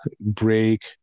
break